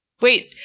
Wait